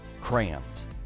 cramped